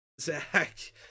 Zach